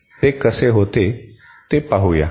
ते कसे होते ते पाहूया